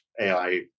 AI